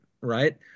Right